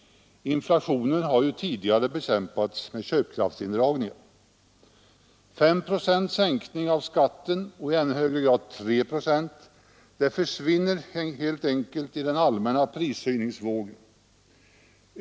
Inflationen har ju tidigare bekämpats med köpkraftsindragningar. 5 procents sänkning av skatten — och i ännu högre grad 3 procents sänkning — försvinner helt enkelt i den allmänna prishöjningsvågen.